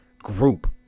group